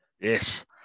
Yes